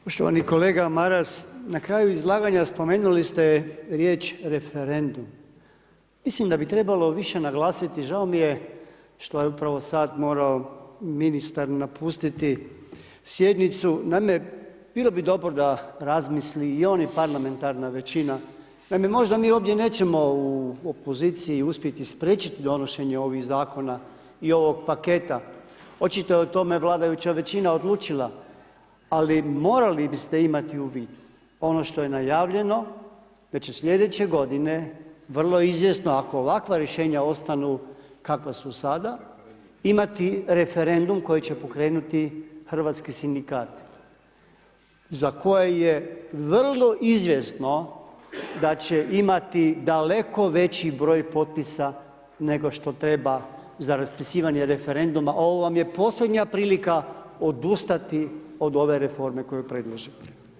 Poštovani kolega Maras, na kraju izlaganja spomenuli ste riječ referendum, mislim da bi trebalo više naglasiti, žao mi je što je upravo sad morao ministar napustiti sjednicu, naime, bilo bi dobro da razmisli i on i parlamentarna većina, naime, možda mi ovdje nećemo u opoziciji spriječiti donošenje ovih Zakona i ovog paketa, očito je o tome vladajuća većina odlučila, ali morali biste imati u vidu ono što je najavljeno, da će slijedeće godine vrlo izvjesno, ako ovakva rješenja ostanu kakva su sada, imati referendum koji će pokrenuti hrvatski Sindikati, za koje je vrlo izvjesno da će imati daleko veći broj potpisa, nego što treba za raspisivanje referenduma, ovo vam je posljednja prilika odustati od ove reforme koju predlažete.